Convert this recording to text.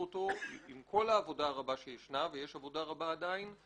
ויש עדיין עבודה רבה, אנחנו